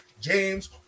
James